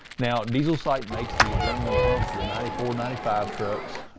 now, diesel site makes the adrenaline pump for the ninety four, ninety five trucks,